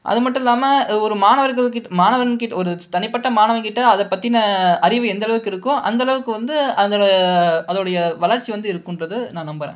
அது மட்டும் இல்லாமல் ஒரு மாணவர்கள் கிட்ட மாணவன் ஒரு தனிப்பட்ட மாணவன் கிட்ட அது பற்றின அறிவு எந்த அளவுக்கு இருக்கோ அந்த அளவுக்கு வந்து அது அதனுடைய வளர்ச்சி வந்து இருக்குன்றது வந்து நான் நம்பற